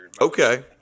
Okay